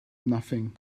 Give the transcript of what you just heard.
nothing